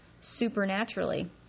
supernaturally